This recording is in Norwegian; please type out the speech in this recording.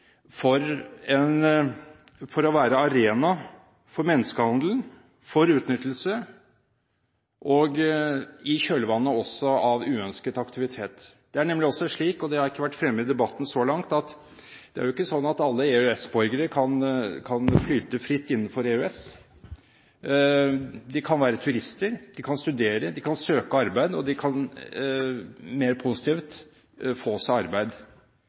og gater for å være arena for menneskehandel og for utnyttelse i kjølvannet av uønsket aktivitet. Det har ikke vært fremme i debatten så langt, men det er jo ikke slik at alle EØS-borgere kan «flyte fritt» innenfor EØS. De kan være turister, de kan studere, de kan søke arbeid, og de kan – mer positivt – få seg arbeid.